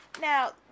Now